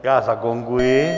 Já zagonguji.